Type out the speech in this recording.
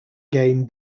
game